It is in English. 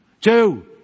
Two